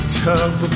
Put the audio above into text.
tub